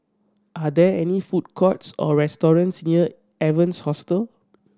are there any food courts or restaurants near Evans Hostel